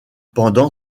pendant